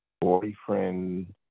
boyfriend